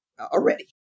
already